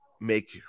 make